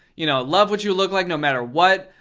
you know, love what you look like, no matter what.